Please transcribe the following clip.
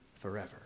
forever